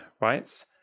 right